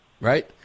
Right